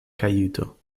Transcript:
kajuto